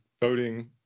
voting